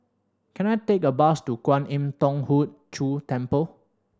can I take a bus to Kwan Im Thong Hood Cho Temple